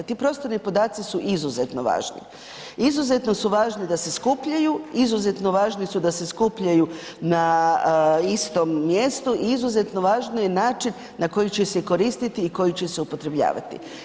Ti prostorni podaci su izuzetno važni, izuzetno su važni da se skupljaju, izuzetno važni su da se skupljaju na istom mjestu i izuzetno je važan način na koji će se koristiti i na koji će se upotrebljavati.